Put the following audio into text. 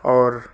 اور